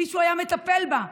מישהו היה מטפל בה.